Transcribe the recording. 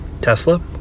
Tesla